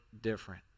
different